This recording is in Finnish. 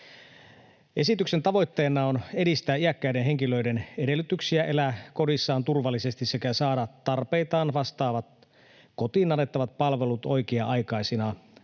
Esityksen tavoitteena on edistää iäkkäiden henkilöiden edellytyksiä elää kodissaan turvallisesti sekä saada tarpeitaan vastaavat kotiin annettavat palvelut oikea-aikaisina,